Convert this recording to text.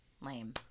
Lame